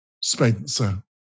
Spencer